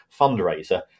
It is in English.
fundraiser